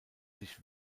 sich